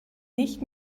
nicht